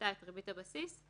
מפחיתה את ריבית הבסיס,